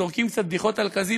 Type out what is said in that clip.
זורקים קצת בדיחות על קזינו,